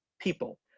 people